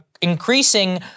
increasing